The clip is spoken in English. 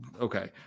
Okay